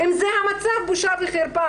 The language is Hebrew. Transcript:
אם זה המצב, בושה וחרפה.